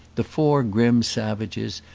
the four grim savages,